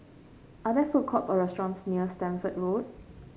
are there food courts or restaurants near Stamford Road